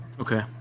Okay